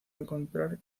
encontrar